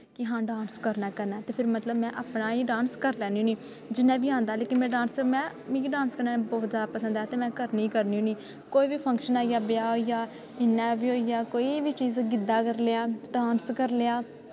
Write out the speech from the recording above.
कि हां डांस करना गै करना ते फिर मतलब में अपना ई डांस करी लैन्नी होनी जिन्ना बी आंदा लेकिन में मिगी डांस करना बौह्त ई जादा पसंद ऐ ते में करनी गै करनी होन्नी कोई बी फंक्शन आई गेआ ब्याह् होई गेआ इ'यां बी होई गेआ कोई बी चीज़ गिद्दा करी लेआ डांस करी लेआ